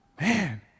Man